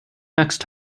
next